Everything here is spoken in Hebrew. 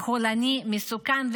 חולני ומסוכן,